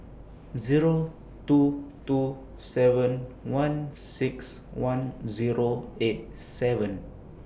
Zero two two seven one six one Zero eight seven